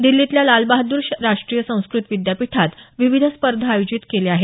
दिल्लीतल्या लाल बहाद्र राष्ट्रीय संस्कृत विद्यापीठात विविध स्पर्धा आयोजित केल्या आहेत